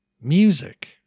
music